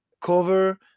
cover